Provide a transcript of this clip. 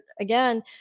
again